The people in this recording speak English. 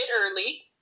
early